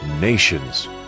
nations